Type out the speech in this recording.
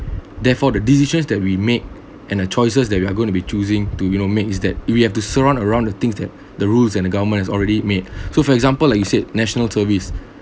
therefore the decisions that we make and the choices that we are going to be choosing to you know make is that if you have to surround around the things that the rules and the government has already made so for example like you said national service